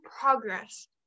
progress